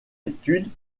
études